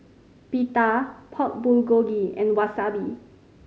Pita Pork Bulgogi and Wasabi